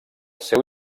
seu